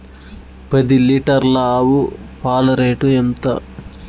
పది లీటర్ల ఆవు పాల రేటు ఎంత?